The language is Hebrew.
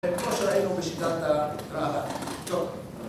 זה כמו שראינו בשיטת הקצות